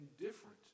indifferent